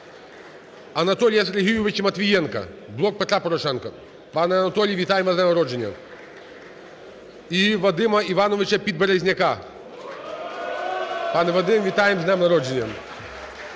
Анатолія Сергійовича Матвієнка, "Блок Петра Порошенка". Пане Анатолію, вітаємо з днем народження! І Вадима Івановича Підберезняка. (Оплески) Пане Вадиме, вітаємо з днем народження!